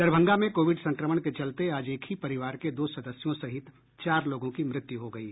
दरभंगा में कोविड संक्रमण के चलते आज एक ही परिवार के दो सदस्यों सहित चार लोगों की मृत्यु हो गयी